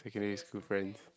secondary school friends